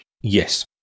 Yes